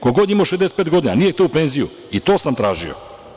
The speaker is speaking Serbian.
Ko god je imao 65 godina, a nije hteo u penziju, i to sam tražio.